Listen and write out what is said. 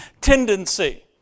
tendency